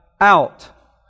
out